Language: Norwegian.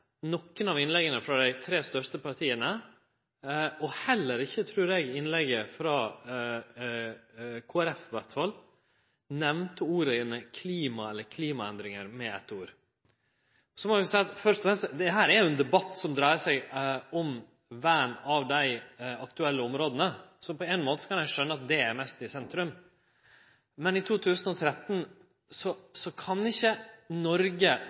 nokon av innlegga frå dei tre største partia, og heller ikkje innlegget frå Kristeleg Folkeparti, nemnde klimaendring eller klima med eitt ord. Dette er jo først og fremst ein debatt som dreiar seg om vern av dei aktuelle områda, så på ein måte kan eg skjøne at det er mest i sentrum. Men i 2013 kan vi ikkje i Noreg